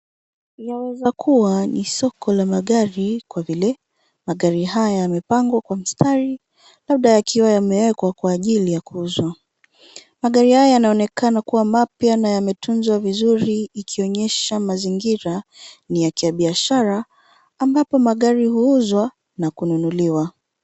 Yaaweza kuwa ni soko la magari kwa vile, magari haya yamepangwa kwa mstari labda yakiwa yamewekwa kwa ajili ya kuuzwa. Magari haya yanaonekana kuwa mapya na yametunzwa vizuri ikionyesha mazingira ni ya kibiashara ambapo magari huuzwa na kununuliwa.